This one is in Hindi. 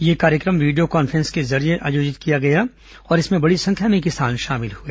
यह कार्यक्रम वीडियो कॉन्फ्रेंस के जरिये आयोजित किया गया और इसमें बड़ी संख्या में किसान शामिल हुए